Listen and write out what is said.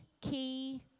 key